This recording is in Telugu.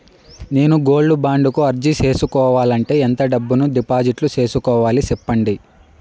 నేను గోల్డ్ బాండు కు అర్జీ సేసుకోవాలంటే ఎంత డబ్బును డిపాజిట్లు సేసుకోవాలి సెప్పండి